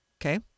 Okay